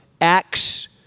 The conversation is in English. Acts